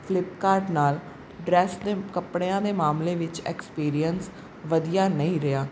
Flipkart ਨਾਲ dress ਦੇ ਕੱਪੜਿਆਂ ਦੇ ਮਾਮਲੇ ਵਿੱਚ ਐਕਸਪੀਰੀਅਸ ਵਧੀਆ ਨਹੀਂ ਰਿਹਾ